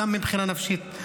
גם מבחינה נפשית.